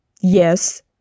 Yes